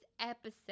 episode